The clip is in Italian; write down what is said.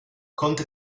conte